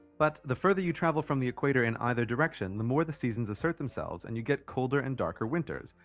but, the further you travel from the equator in either direction the more the seasons assert themselves and you get colder and darker winters,